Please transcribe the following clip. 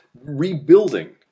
rebuilding